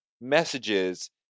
messages